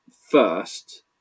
first